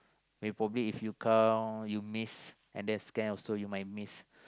uh probably if you count you miss and then scan also you might miss